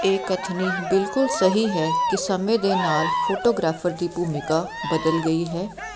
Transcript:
ਇਹ ਕਥਨੀ ਬਿਲਕੁਲ ਸਹੀ ਹੈ ਕਿ ਸਮੇਂ ਦੇ ਨਾਲ ਫੋਟੋਗ੍ਰਾਫਰ ਦੀ ਭੂਮਿਕਾ ਬਦਲ ਗਈ ਹੈ